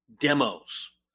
demos